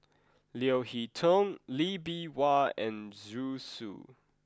Leo Hee Tong Lee Bee Wah and Zhu Xu